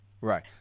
Right